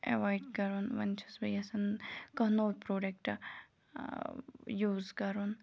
avoid کَرُن وۄنۍ چھس بہٕ یَژھان کانٛہہ نوٚو پرٛوڈَکٹ یوٗز کَرُن